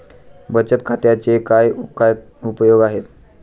बचत खात्याचे काय काय उपयोग आहेत?